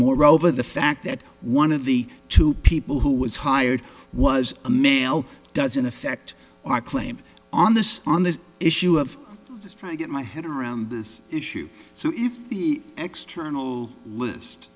moreover the fact that one of the two people who was hired was a male doesn't affect our claim on this on this issue of trying to get my head around this issue so if the extra list